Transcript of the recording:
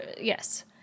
yes